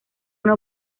una